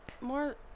more